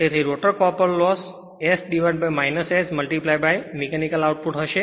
તેથી rotor copper loss S S mechanical output હશે